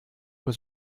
was